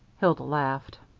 hilda laughed.